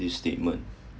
this statement